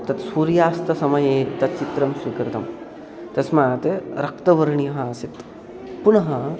तत् सूर्यास्तसमये तत् चित्रं स्वीकृतं तस्मात् रक्तवर्णीयः आसीत् पुनः